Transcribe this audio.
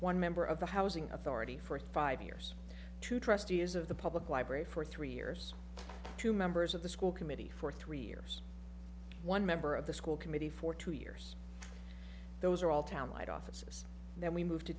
one member of the housing authority for five years two trustees of the public library for three years two members of the school committee for three years one member of the school committee for two years those are all town light offices then we moved to